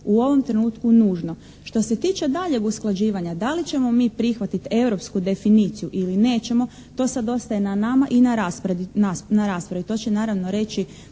u ovom trenutku nužno. Što se tiče daljnjeg usklađivanja da li ćemo mi prihvatiti europsku definiciju ili nećemo, to sada ostaje na nama i na raspravi. To će naravno reći